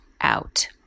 out